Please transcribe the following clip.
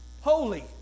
holy